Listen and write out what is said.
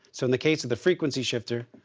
so in the case of the frequency shifter,